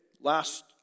Last